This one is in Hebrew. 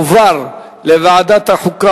לוועדת החוקה,